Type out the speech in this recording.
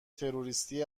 تروریستی